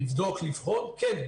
לבדוק ולבחון כן,